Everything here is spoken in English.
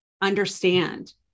understand